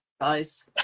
guys